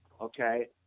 Okay